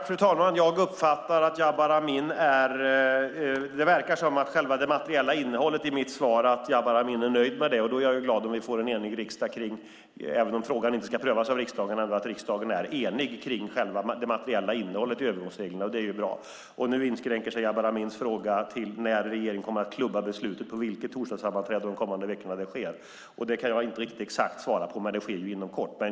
Fru talman! Det verkar som om Jabar Amin är nöjd med det materiella innehållet i mitt svar. Då är jag glad om vi får en enig riksdag kring detta, även om frågan inte ska prövas av riksdagen. Nu inskränker sig Jabar Amins fråga till när regeringen kommer att klubba beslutet, på vilket torsdagssammanträde under de kommande veckorna det kommer att ske. Det kan jag inte riktigt exakt svara på, men det sker inom kort.